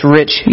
rich